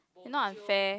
it not a fair